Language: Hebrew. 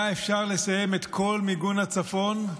היה אפשר לסיים את כל מיגון הצפון,